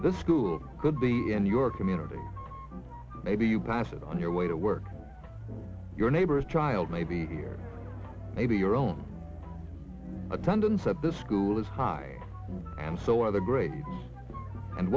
the school could be and your community maybe you pass on your way to work your neighbor's child may be here maybe your own attendance at the school is high and so other great and